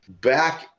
back